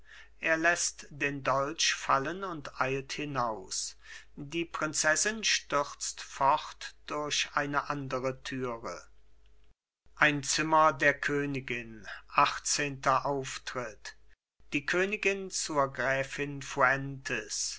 er läßt den dolch fallen und eilt hinaus die prinzessin stürzt fort durch eine andere türe ein zimmer der königin achtzehnter auftritt die königin zur